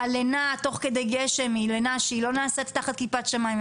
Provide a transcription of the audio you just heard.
הלינה תוך כדי גשם היא לינה שלא נעשית תחת כיפת השמיים,